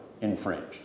infringed